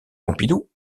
pompidou